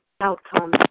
outcome